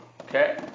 okay